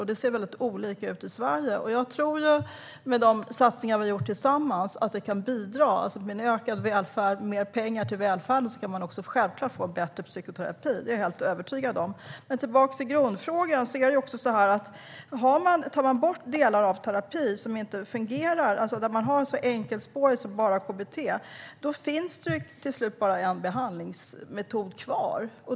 Här ser det olika ut i Sverige. Våra gemensamma satsningar med ökad välfärd och mer pengar till välfärden kan självklart bidra till bättre psykoterapi. Det är jag helt övertygad om. Låt oss återgå till grundfrågan. Tar man bort delar av den terapi som inte fungerar, om man exempelvis har ett enkelt spår med bara KBT, finns det till slut bara en behandlingsmetod kvar.